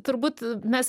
turbūt mes